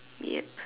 yup